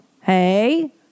Hey